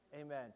Amen